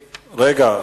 רגע,